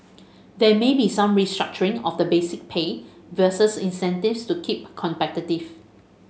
there may be some restructuring of the basic pay versus incentives to keep competitive